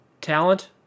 talent